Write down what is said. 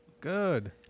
Good